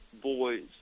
boys